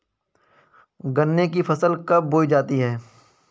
गन्ने की फसल कब बोई जाती है?